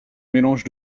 mélange